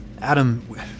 Adam